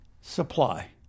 supply